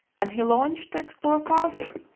and he longed to explore farther,